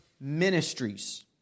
ministries